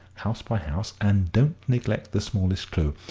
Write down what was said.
house by house, and don't neglect the smallest clue.